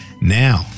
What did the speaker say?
now